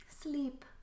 Sleep